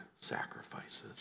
sacrifices